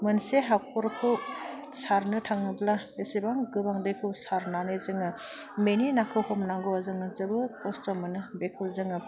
मोनसे हाखरखौ सारनो थांब्ला एसेबां गोबां दैखौ साारनानै जोङो बिनि नाखौ हमनांगौवा जोङो जोबोर खस्थ' मोनो बेखौ जोङो